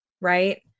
Right